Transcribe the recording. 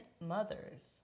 mothers